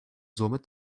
somit